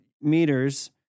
meters